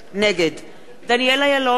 נגד דניאל אילון,